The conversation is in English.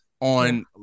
on